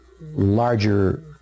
larger